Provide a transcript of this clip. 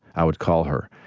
i would call her.